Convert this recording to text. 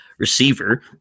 receiver